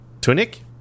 Tunic